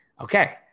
okay